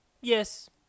yes